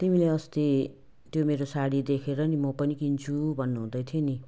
तिमीले अस्ति त्यो मेरो साडी देखेर नि म पनि किन्छु भन्नुहुँदै थियो नि